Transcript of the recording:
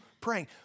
praying